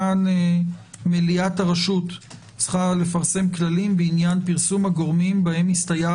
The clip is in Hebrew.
כאן מליאת הרשות צריכה לפרסם כללים בעניין פרסום הגורמים בהם הסתייעה